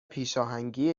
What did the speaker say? پیشاهنگی